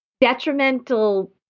detrimental